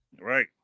Right